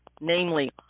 namely